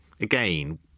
Again